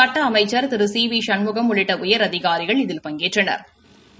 சுட்ட அமைச்சா் திரு சி வி சண்முகம் உள்ளிட்ட உயரதிகாரிகள் இதில் பங்கேற்றனா்